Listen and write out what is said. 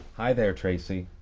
hi there tracy.